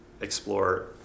explore